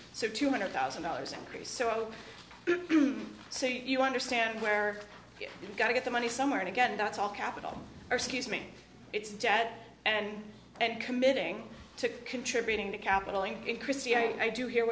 so two hundred thousand dollars increase so so you understand where you've got to get the money somewhere and again that's all capital or skews making its debt and and committing to contributing to capital in christie i do hear